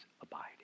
abiding